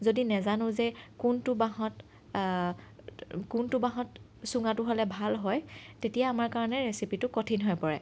যদি আমি নাজানো যে কোনটো বাঁহত কোনটো বাঁহত চুঙাটো হ'লে ভাল হয় তেতিয়া আমাৰ কাৰণে ৰেচিপিটো কঠিন হৈ পৰে